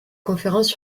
conférences